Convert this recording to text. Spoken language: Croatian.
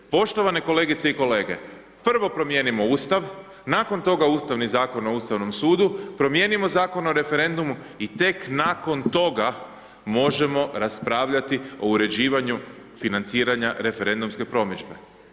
Poštovane kolegice i kolege prvo promijenimo Ustav, nakon toga Ustavni zakon o Ustavnom sudu, promijenimo Zakon o referendumu i tek nakon toga, možemo raspravljati o uređivanju financiranje referendumske promidžbe.